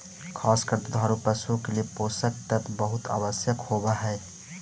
खास कर दुधारू पशुओं के लिए पोषक तत्व बहुत आवश्यक होवअ हई